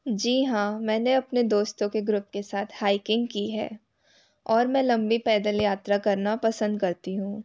जी हाँ मैंने अपने दोस्तों के ग्रुप के साथ हाइकिंग की हैं और मैं लंबी पैदल यात्रा करना पसंद करती हूँ